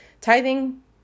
tithing